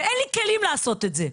ואין לי כלים לעשות את זה.